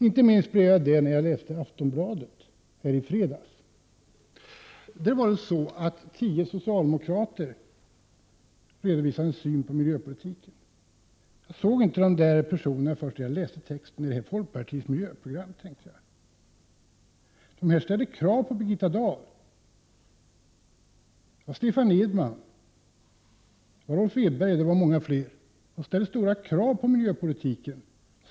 Inte minst blev jag det när jag läste Aftonbladet för i fredags. Där redovisade nämligen åtta socialdemokrater sin syn på miljöpolitiken. Jag såg först inte personerna, utan jag läste texten och tänkte: Det här är folkpartiets miljöprogram. De här människorna — det var bl.a. Stefan Edman och Rolf Edberg — ställde krav på miljöpolitiken och på Birgitta Dahl.